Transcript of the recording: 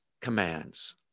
commands